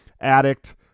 addict